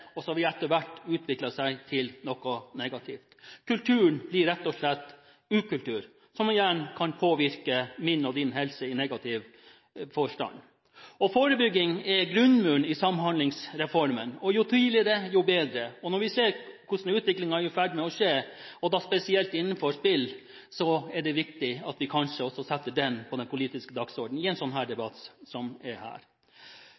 seg til noe negativt. Kulturen blir rett og slett ukultur, noe som igjen kan påvirke min og din helse i negativ forstand. Forebygging er grunnmuren i Samhandlingsreformen – jo tidligere, jo bedre. Når vi ser hvordan utviklingen er i ferd med å gå, spesielt innenfor spill, er det viktig at vi også setter dette på den politiske dagsordenen i en